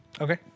Okay